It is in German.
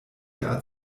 der